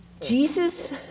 Jesus